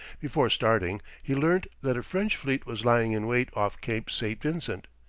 before starting, he learnt that a french fleet was lying in wait off cape st. vincent,